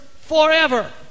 forever